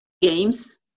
games